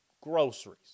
groceries